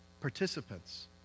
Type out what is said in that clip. participants